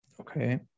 Okay